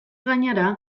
gainera